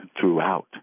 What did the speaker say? throughout